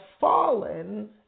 fallen